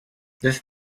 this